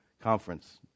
Conference